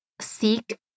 seek